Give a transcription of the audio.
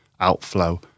outflow